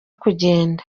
kugenda